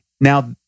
Now